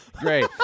Great